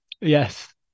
Yes